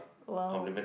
!wow!